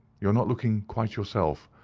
you're not looking quite yourself.